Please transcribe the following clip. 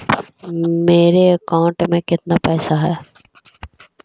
मेरे अकाउंट में केतना पैसा है?